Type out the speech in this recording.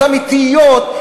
אמיתיות,